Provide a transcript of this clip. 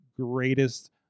greatest